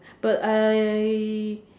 but I